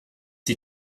die